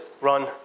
run